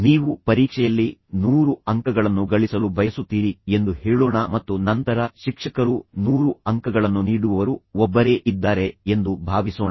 ನೀವು ಪರೀಕ್ಷೆಯಲ್ಲಿ 100 ಅಂಕಗಳನ್ನು ಗಳಿಸಲು ಬಯಸುತ್ತೀರಿ ಎಂದು ಹೇಳೋಣ ಮತ್ತು ನಂತರ ಶಿಕ್ಷಕರು 100 ಅಂಕಗಳನ್ನು ನೀಡುವವರು ಒಬ್ಬರೇ ಇದ್ದಾರೆ ಎಂದು ಭಾವಿಸೋಣ